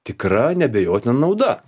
tikra neabejotina nauda